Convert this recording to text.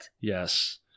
Yes